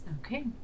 Okay